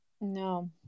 no